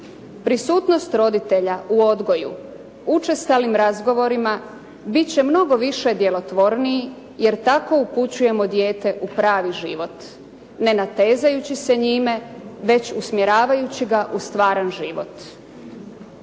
Prisutnost roditelja u odgoju učestalim razgovorima bit će mnogo više djelotvorniji, jer tako upućujemo dijete u pravi život, ne natezajući se njime, već usmjeravajući ga u život.